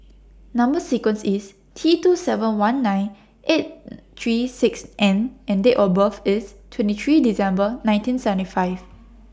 Number sequence IS T two seven one nine eight three six N and Date of birth IS twenty three December nineteen seventy five